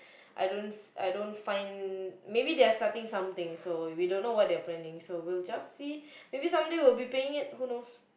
I don't I don't find maybe they are starting something so we don't know what they are planning so we'll just see maybe some day we will be paying it so who knows